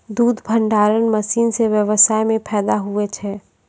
दुध भंडारण मशीन से व्यबसाय मे फैदा हुवै छै